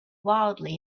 wildly